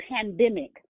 pandemic